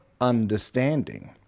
understanding